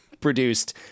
produced